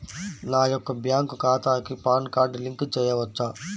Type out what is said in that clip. నా యొక్క బ్యాంక్ ఖాతాకి పాన్ కార్డ్ లింక్ చేయవచ్చా?